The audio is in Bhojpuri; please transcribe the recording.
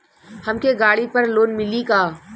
हमके गाड़ी पर लोन मिली का?